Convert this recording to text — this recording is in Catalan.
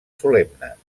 solemnes